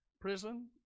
prison